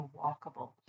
walkable